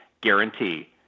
Guarantee